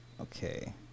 okay